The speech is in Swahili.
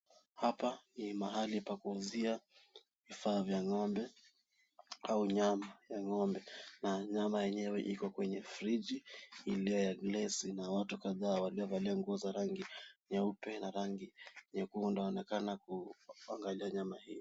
Hapa ni mahali pa kuuzia vifaa vya ng'ombea au nyama ya ng'ombe na nyama yenyewe iko kwenye friji iliyo ya gilasi na watu kadhaa waliovalia nguo za rangi nyeupe na rangi nyekundu wanaonekana kuangalia nyama hiyo.